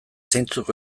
zeintzuk